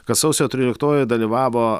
kad sausio tryliktojoj dalyvavo